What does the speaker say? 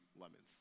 Lemons